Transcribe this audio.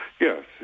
Yes